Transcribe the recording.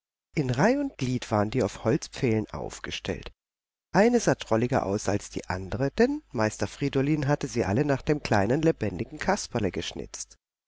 in reih und glied waren die auf holzpfählen aufgestellt eine sah drolliger aus als die andere denn meister friedolin hatte sie alle nach dem kleinen lebendigen kasperle geschnitzt